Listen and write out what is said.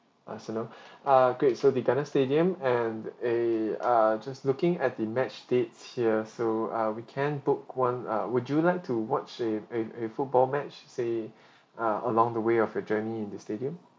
arsenal err great so the garden stadium and a err just looking at the match dates here so uh we can book one uh would you like to watch a a a football match say uh along the way of your journey in the stadium